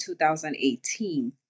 2018